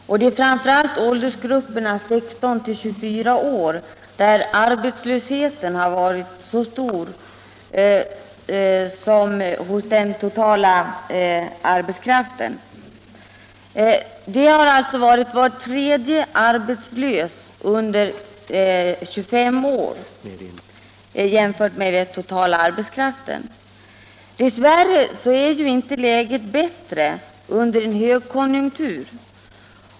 Detta gäller framför allt åldersgrupperna 16-24 år, där arbetslösheten varit så stor att var tredje arbetslös i den totala arbetskraften varit under 25 år. Dessvärre är inte läget bättre under högkonjunktur.